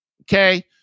Okay